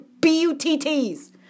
B-U-T-T's